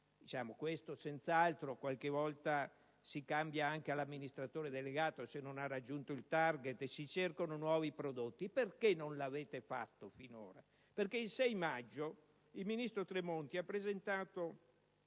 (questo senz'altro, qualche volta si cambia anche l'amministratore delegato, se non ha raggiunto il *target*, o si cercano nuovi prodottti*)*: perché non lo avete fatto finora? Il 6 maggio il ministro Tremonti ha presentato